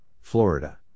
Florida